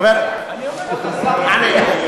כך הוא אמר, כבוד השר.